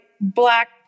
black